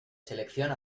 selección